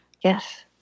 Yes